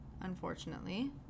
unfortunately